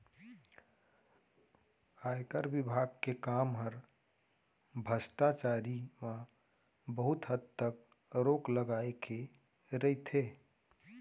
आयकर विभाग के काम हर भस्टाचारी म बहुत हद तक रोक लगाए के रइथे